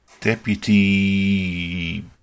deputy